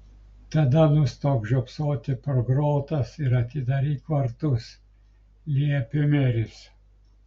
tada nustok žiopsoti pro grotas ir atidaryk vartus liepė meris